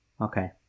Okay